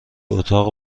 اتاق